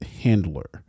handler